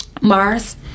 Mars